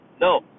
No